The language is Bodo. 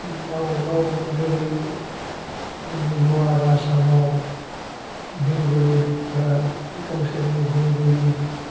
गाव गाव जेरै जोंनि लवार आसामाव बेंगलिफोरा गावसोरनि बेंगलि